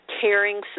caring